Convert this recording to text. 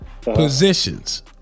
Positions